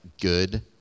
good